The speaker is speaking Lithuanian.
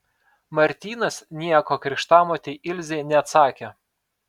martynas nieko krikštamotei ilzei neatsakė